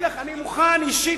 אני מוכן אישית,